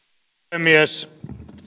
puhemies